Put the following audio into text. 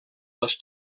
les